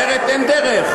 אחרת אין דרך.